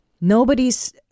nobody's